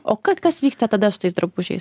o ka kas vyksta tada su tais drabužiais